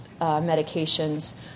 medications